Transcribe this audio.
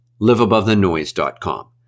liveabovethenoise.com